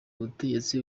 butegetsi